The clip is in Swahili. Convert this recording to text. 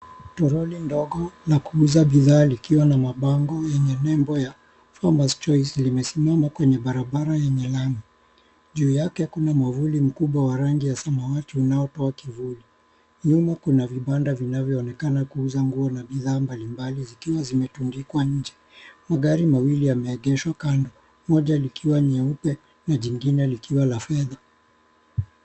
Toroli ndogo la kuuza bidhaa likiwa na mabango yenye nembo ya Farmer's Choice limesimama kwenye barabara yenye lami. Juu yake kuna mwavuli mkubwa wa rangi ya samawati unaotoa kivuli. Nyuma kuna vibanda vinavyoonekana kuuza nguo na bidhaa mbalimbali zikiwa zimetundikwa nje. Magari mawili yameegeshwa kando, moja likiwa nyeupe na jingine likiwa la fedha.